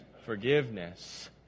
forgiveness